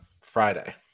Friday